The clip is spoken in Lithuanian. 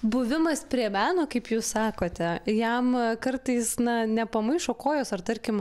buvimas prie meno kaip jūs sakote jam kartais na nepamaišo kojos ar tarkim